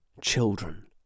children